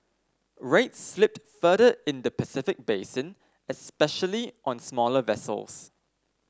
rates slipped further in the Pacific basin especially on smaller vessels